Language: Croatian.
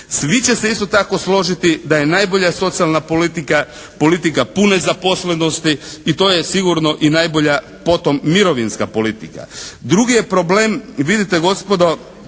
Svi će se isto tako složiti da je najbolja socijalna politika, politika pune zaposlenosti i to je sigurno i najbolja potom mirovinska politika. Drugi je problem vidite gospodo,